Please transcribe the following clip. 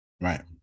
Right